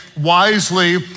wisely